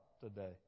today